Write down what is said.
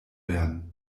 werden